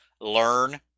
learn